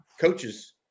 coaches